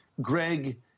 Greg